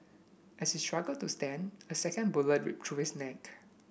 as he struggled to stand a second bullet ripped through his neck